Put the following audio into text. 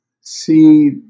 see